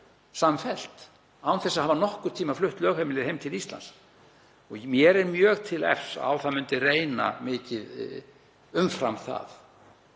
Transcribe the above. samfellt án þess að hafa nokkurn tíma flutt lögheimilið heim til Íslands. Mér er mjög til efs að á það myndi reyna mikið umfram það.